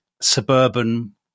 suburban